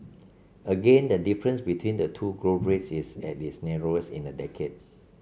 again the difference between the two growth rates is at its narrowest in a decade